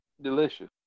delicious